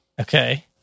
Okay